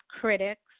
critics